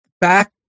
back